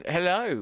Hello